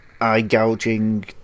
eye-gouging